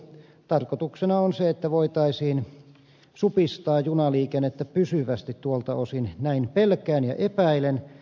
tarkoituksena on se että voitaisiin supistaa junaliikennettä pysyvästi tuolta osin näin pelkään ja epäilen